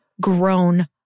grown